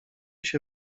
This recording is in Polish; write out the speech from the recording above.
się